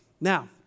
Now